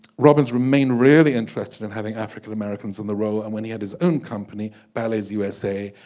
robbins remained really interested in having african-americans in the role and when he had his own company ballets usa